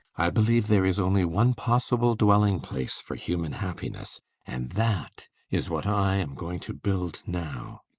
i believe there is only one possible dwelling-place for human happiness and that is what i am going to build now.